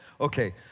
Okay